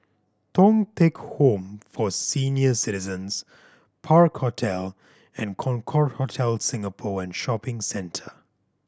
Thong Teck Home for Senior Citizens Park Hotel and Concorde Hotel Singapore and Shopping Centre